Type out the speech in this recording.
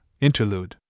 Interlude